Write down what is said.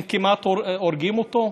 הם כמעט הורגים אותו.